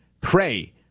pray